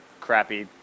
crappy